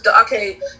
Okay